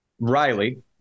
Riley